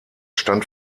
stand